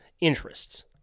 interests